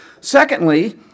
Secondly